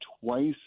twice